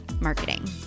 marketing